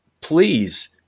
please